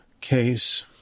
case